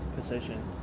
position